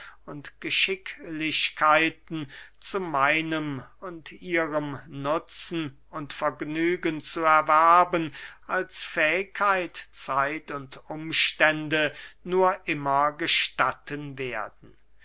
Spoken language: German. und geschicklichkeiten zu meinem und ihrem nutzen und vergnügen zu erwerben als fähigkeit zeit und umstände nur immer gestatten werden